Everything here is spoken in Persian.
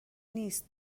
نیست